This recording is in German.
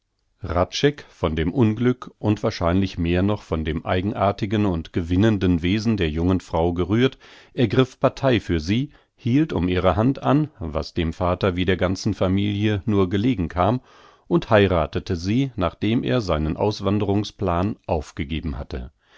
von dem unglück und wahrscheinlich mehr noch von dem eigenartigen und gewinnenden wesen der jungen frau gerührt ergriff partei für sie hielt um ihre hand an was dem vater wie der ganzen familie nur gelegen kam und heirathete sie nachdem er seinen auswanderungsplan aufgegeben hatte